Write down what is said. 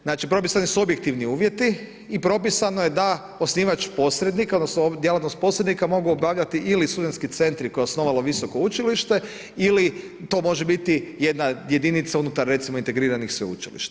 Znači propisani su objektivni uvjeti i propisano je da osnivač posrednik, odnosno djelatnost posrednika mogu obavljati ili studentski centri koje je osnovalo Visoko učilište ili to može biti jedna jedinica unutar recimo integriranih sveučilišta.